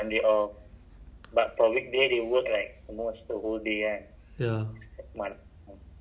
right because if the maid masak right then we just need to buy the stuff ah then sekarang